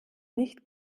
nicht